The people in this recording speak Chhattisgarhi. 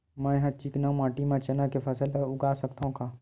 मै ह चिकना माटी म चना के फसल उगा सकथव का?